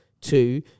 two